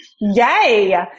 Yay